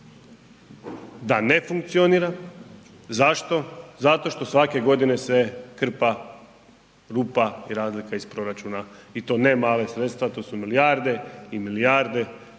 da ne funkcionira. Zašto? Zato što svake godine se krpa rupa i razlika iz proračuna i to ne mala sredstva, to su milijarde i milijarde